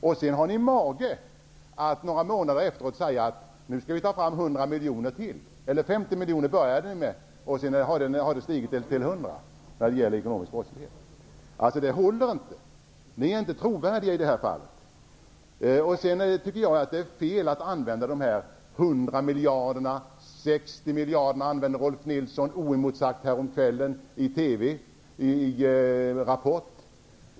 Några månader efteråt har ni mage att säga att vi skall ta fram 100 miljoner till. Ni började med 50 miljoner, sedan har det stigit till 100 när det gäller ekonomisk brottslighet. Det håller inte. Ni är inte trovärdiga i det här fallet. Jag tycker dessutom att det är fel att säga de 100 miljarderna. 60 miljarder nämnde Rolf Nilsson oemotsagd i TV häromkvällen i Rapport.